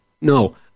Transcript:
no